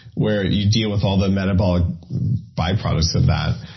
where you deal with all the metabolic byproducts of that,